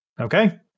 Okay